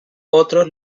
otros